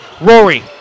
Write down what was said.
Rory